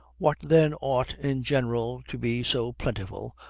what then ought in general to be so plentiful,